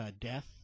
Death